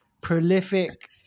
prolific